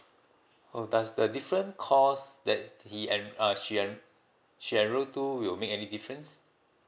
oh does the different cost that he en~ uh she en~ she enroll to will make any difference